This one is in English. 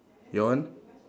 your one